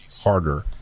harder